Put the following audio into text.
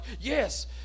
Yes